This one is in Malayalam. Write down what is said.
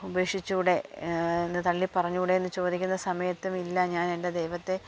ഉപേക്ഷിച്ചുകൂടെ എന്ന് തള്ളിപ്പറഞ്ഞുകൂടെയെന്ന് ചോദിക്കുന്ന സമയത്തും ഇല്ല ഞാനെൻ്റെ ദൈവത്തെ